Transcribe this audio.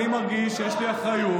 אני מרגיש שיש לי אחריות,